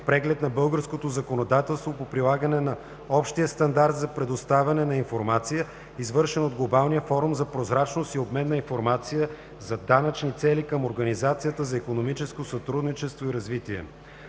преглед на българското законодателство по прилагане на Общия стандарт за предоставяне на информация, извършен от Глобалния форум за прозрачност и обмен на информация за данъчни цели към Организацията за икономическо сътрудничество и развитие.